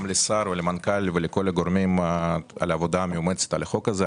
גם לשר ולמנכ"ל ולכל הגורמים על העבודה המאומצת על החוק הזה.